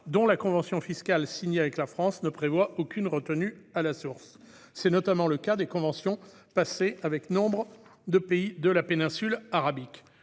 dont la convention fiscale signée avec la France ne prévoit aucune retenue à la source. C'est notamment le cas des conventions passées avec nombre de pays de la péninsule arabique.